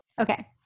Okay